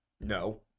No